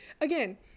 again